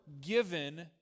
given